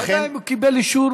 לא יודע אם הוא קיבל אישור,